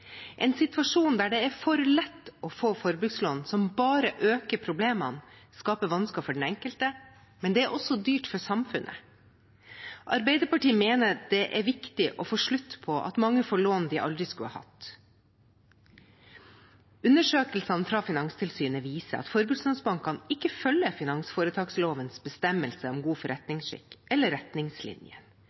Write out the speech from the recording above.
En situasjon der det er for lett å få forbrukslån som bare øker problemene, skaper vansker for den enkelte, og det er også dyrt for samfunnet. Arbeiderpartiet mener det er viktig å få slutt på at mange får lån de aldri skulle hatt. Undersøkelsene fra Finanstilsynet viser at forbrukslånsbankene ikke følger finansforetakslovens bestemmelse om god forretningsskikk eller